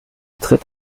tritt